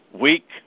weak